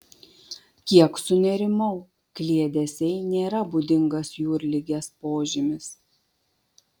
kiek sunerimau kliedesiai nėra būdingas jūrligės požymis